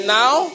now